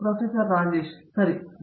professor Rajesh Kumar right